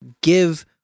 give